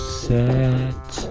set